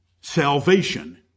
Salvation